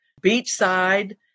Beachside